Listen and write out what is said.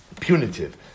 punitive